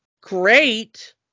Great